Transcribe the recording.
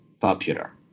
popular